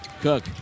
Cook